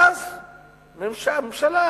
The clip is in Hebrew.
ואז הממשלה,